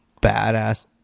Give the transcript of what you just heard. badass